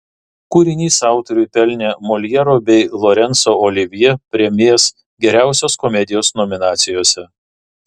kūrinys autoriui pelnė moljero bei lorenco olivjė premijas geriausios komedijos nominacijose